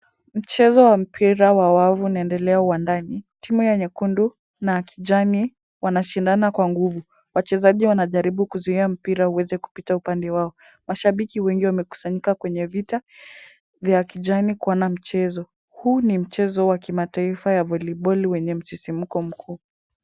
Mchezo wa mpira wa wavu unaendelea uwandani. Timu ya nyekundu na ya kijani wanashindana kwa nguvu. Wachezaji wanajaribu kuzuia mpira uweze kupita upande wao. Mashabiki wengi wamekusanyika kwenye vita vya kijani kuona mchezo. Huu ni mchezo wa kimataifa wa voliboli wenye msisimko mkubwa.